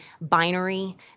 binary